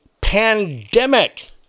pandemic